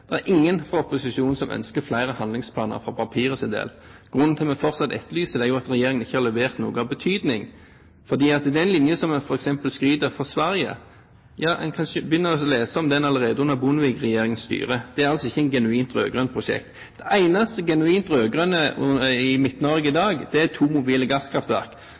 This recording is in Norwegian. der er dagens og forrige regjering i samme båt. Dagens forslag ville ikke vært nødvendig om en hadde hatt evne i dagens regjering til å gjøre noe for fire og et halvt år siden. Det er ingen fra opposisjonen som ønsker flere handlingsplaner for papirets del. Grunnen til at vi fortsatt etterlyser dette, er at regjeringen ikke har levert noe av betydning. Den linjen som en f.eks. skryter av fra Sverige – ja, en kan begynne å lese om den allerede under